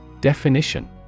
Definition